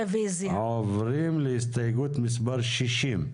עוברים להסתייגות מספר 45,